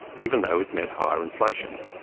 even though it meant higher inflation.